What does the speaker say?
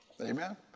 Amen